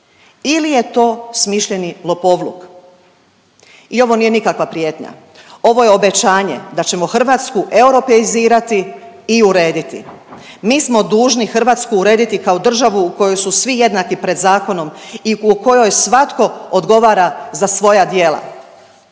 ili je to smišljeni lopovluk. I ovo nije nikakva prijetnja. Ovo je obećanje da ćemo Hrvatsku europejizirati i urediti. Mi smo dužni Hrvatsku urediti kao državu u kojoj su svi jednaki pred zakonom i u kojoj svatko odgovara za svoja djela.